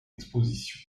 exposition